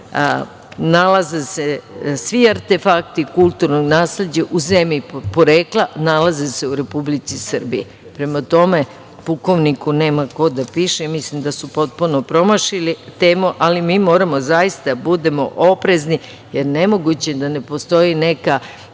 nalaze svi artefakti, kulturno nasleđe u zemlji porekla, nalaze se u Republici Srbiji. Prema tome, pukovniku nema ko da piše. Mislim da su potpuno promašili temu, ali mi moramo da budemo oprezni, jer nemoguće da ne postoji neka